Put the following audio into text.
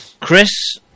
Chris